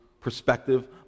perspective